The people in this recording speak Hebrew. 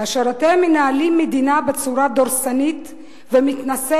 כאשר אתם מנהלים מדינה בצורה דורסנית ומתנשאת,